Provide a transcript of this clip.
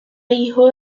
hijo